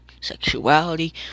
sexuality